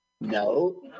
No